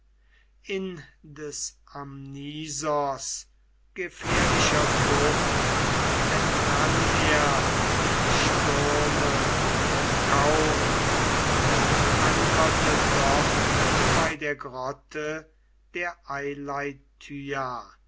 in des amnisos gefährlicher bucht entrann er dem sturme kaum und ankerte dort bei der grotte der